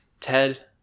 Ted